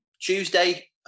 Tuesday